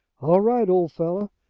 all right, old fellow,